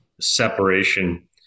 separation